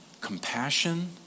Compassion